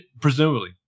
presumably